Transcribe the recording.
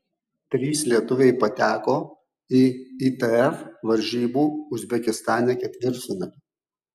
trys lietuviai pateko į itf varžybų uzbekistane ketvirtfinalį